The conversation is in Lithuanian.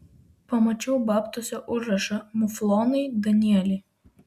pamačiau babtuose užrašą muflonai danieliai